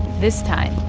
this time,